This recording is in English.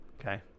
Okay